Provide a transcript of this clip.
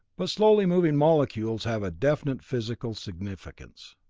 but slowly moving molecules have a definite physical significance.